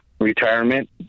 retirement